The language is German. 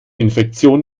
infektion